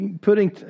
Putting